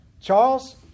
Charles